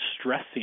stressing